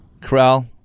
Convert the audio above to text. Corral